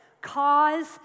cause